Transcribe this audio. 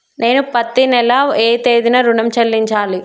నేను పత్తి నెల ఏ తేదీనా ఋణం చెల్లించాలి?